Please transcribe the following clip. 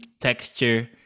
texture